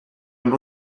man